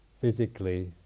physically